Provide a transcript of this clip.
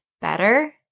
better